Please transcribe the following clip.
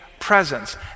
Presence